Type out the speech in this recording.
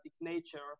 nature